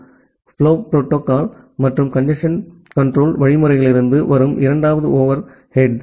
flow control protocol மற்றும் congestion control வழிமுறையிலிருந்து வரும் இரண்டாவது ஓவர் ஹெட்